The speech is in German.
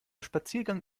spaziergang